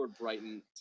Brighton